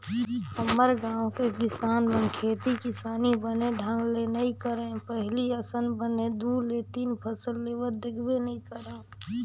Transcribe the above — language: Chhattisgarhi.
हमर गाँव के किसान मन खेती किसानी बने ढंग ले नइ करय पहिली असन बने दू ले तीन फसल लेवत देखबे नइ करव